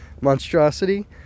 monstrosity